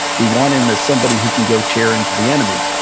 we want him as somebody who can go tear into the enemy.